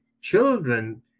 children